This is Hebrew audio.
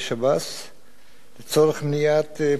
לצורך מניעת פשיעה מבין כותלי בית-הסוהר,